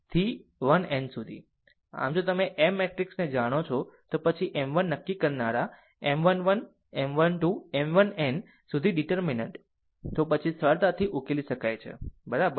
આમ જો તમે M મેટ્રિક્સ ને જાણો છો તો પછી આ m 1 નક્કી કરનારા M 1 1 M 1 2 M 1n સુધી ડીટેર્મિનન્ટ તો પછી સરળતાથી ઉકેલી શકાય છે બરાબર